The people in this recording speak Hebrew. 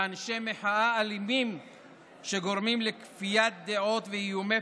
ואנשי מחאה אלימים שגורמים לכפיית דעות ואיומי